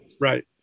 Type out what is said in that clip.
Right